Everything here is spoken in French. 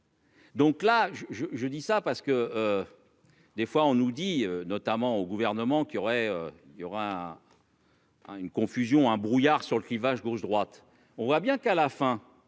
Donc là je je je dis ça parce que. Des fois on nous dit, notamment au gouvernement qui aurait, il y aura. Une confusion un brouillard sur le clivage gauche droite. On voit bien qu'à la fin